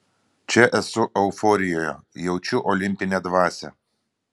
čia esu euforijoje jaučiu olimpinę dvasią